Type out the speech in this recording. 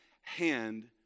hand